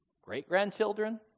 great-grandchildren